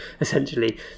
essentially